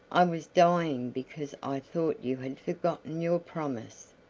i was dying because i thought you had forgotten your promise.